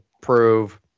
prove